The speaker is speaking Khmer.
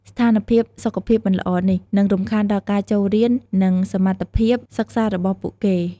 ស្ថានភាពសុខភាពមិនល្អនេះ នឹងរំខានដល់ការចូលរៀន និងសមត្ថភាពសិក្សារបស់ពួកគេ។